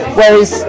whereas